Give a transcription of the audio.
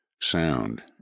sound